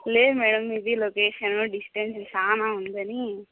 లేదు మేడమ్ మీది location distance చాలా ఉందని